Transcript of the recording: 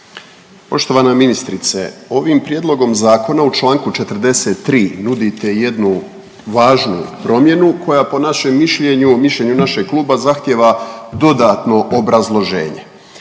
Poštovana ministrice ovim prijedlogom zakona u članku 43. nudite jednu važnu promjenu koja po našem mišljenju, mišljenju našeg kluba zahtijeva dodatno obrazloženje.